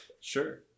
Sure